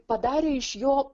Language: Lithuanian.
padarė iš jo